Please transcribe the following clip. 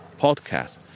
Podcast